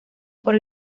por